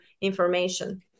information